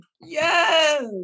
yes